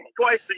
twice